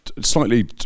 slightly